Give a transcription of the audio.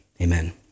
amen